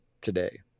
today